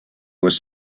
was